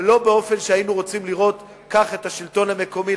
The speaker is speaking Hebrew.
ולא באופן שהיינו רוצים לראות את השלטון המקומי.